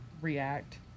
react